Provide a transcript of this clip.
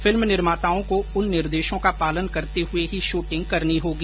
film निर्माताओं को उन निर्देशों का पालन करते हुए ही शूटिंग करनी होगी